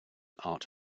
art